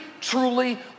truly